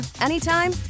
anytime